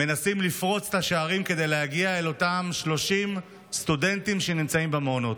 מנסים לפרוץ את השערים כדי להגיע אל אותם 30 סטודנטים שנמצאים במעונות.